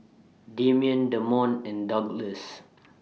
Demian Damon and Douglass